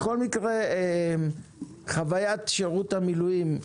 בכל מקרה, חוויית שירות המילואים,